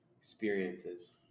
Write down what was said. experiences